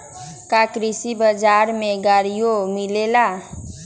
का कृषि बजार में गड़ियो मिलेला?